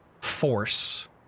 force